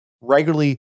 regularly